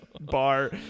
bar